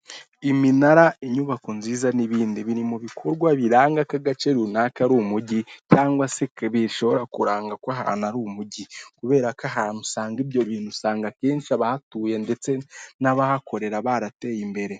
Iminara, inyubako nziza n'ibindi biri mu bikorwa biranga ko agace runaka ari umujyi cyangwa se bishobora kuranga ko ahantu ari umujyi kubera ko ahantu usanga ibyo bintu usanga kenshi abahatuye ndetse n'abahakorera barateye imbere.